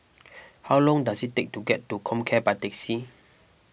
how long does it take to get to Comcare by taxi